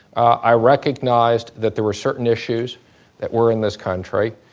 i recognized that there were certain issues that were in this country,